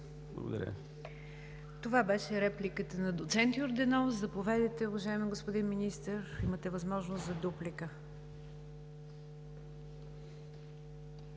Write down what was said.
ДЖАФЕР: Това беше репликата на доцент Йорданов. Заповядайте, уважаеми господин Министър, имате възможност за дуплика.